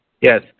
Yes